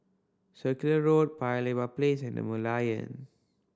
Circular Road Paya Lebar Place and The Merlion